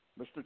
Mr